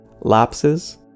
Lapses